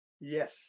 Yes